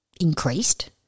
increased